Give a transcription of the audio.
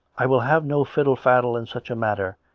i will have no fiddle-faddle in such a matter,